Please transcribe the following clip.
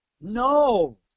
No